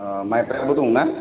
आह माइब्राबो दं ना